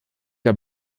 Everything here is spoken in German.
der